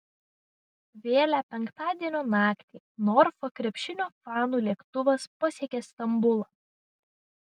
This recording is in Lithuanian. vėlią penktadienio naktį norfa krepšinio fanų lėktuvas pasiekė stambulą